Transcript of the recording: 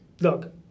Look